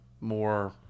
more